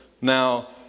Now